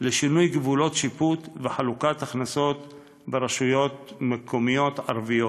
לשינוי גבולות שיפוט ולחלוקת הכנסות ברשויות מקומיות ערביות.